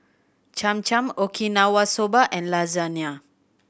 Cham Cham Okinawa Soba and Lasagne